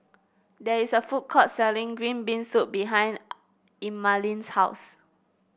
there is a food court selling Green Bean Soup behind Emaline's house